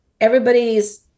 everybody's